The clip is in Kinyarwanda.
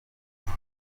hose